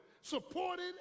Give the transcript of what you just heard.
supported